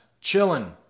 chilling